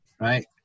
right